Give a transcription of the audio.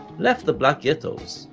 left the black ghettos,